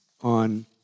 on